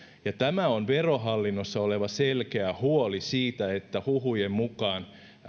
tämä on verohallinnossa oleva selkeä huoli että huhujen mukaan